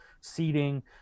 seating